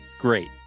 great